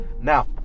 Now